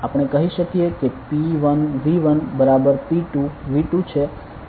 આપણે કહી શકીએ કે P1V1 બરાબર P2V2 છે